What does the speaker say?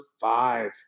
five